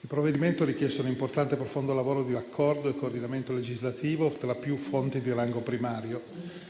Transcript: Il provvedimento ha richiesto un importante e profondo lavoro di raccordo e coordinamento legislativo tra più fonti di rango primario